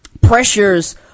pressures